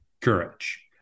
courage